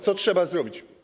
Co trzeba zrobić?